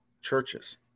churches